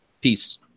Peace